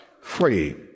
Free